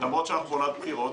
למרות שאנחנו בתקופת בחירות,